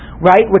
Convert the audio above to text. Right